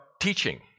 teaching